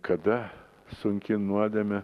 kada sunki nuodėmė